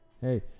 hey